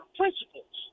principles